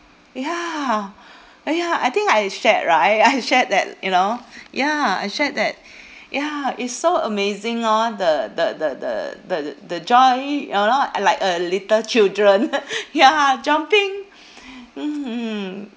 ya ah ya I think I shared right I shared that you know ya I shared that ya is so amazing orh the the the the the the the joy you know like a little children ya jumping hmm